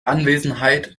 anwesenheit